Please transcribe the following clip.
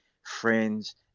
friends